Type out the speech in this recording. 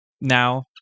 now